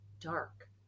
dark